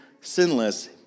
sinless